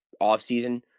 offseason